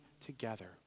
together